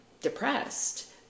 depressed